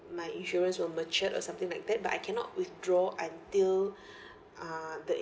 my insurance will matured or something like that but I cannot withdraw until uh the